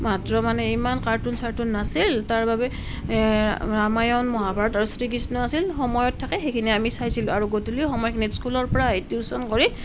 মাত্ৰ মানে ইমান কাৰ্টুন চাৰ্টুন নাছিল তাৰ বাবে ৰামায়ণ মহাভাৰত আৰু শ্ৰীকৃষ্ণ আছিল সময়ত থাকে সেইখিনি আমি চাইছিলোঁ আৰু গধূলি সময়খিনিত স্কুলৰ পৰা আহি টিউশ্যন কৰি